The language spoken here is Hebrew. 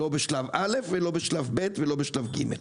לא בשלב א' ולא בשלב ב' ולא בשלב ג'.